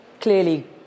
clearly